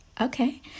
Okay